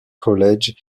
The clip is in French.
college